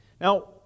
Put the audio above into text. Now